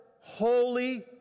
Holy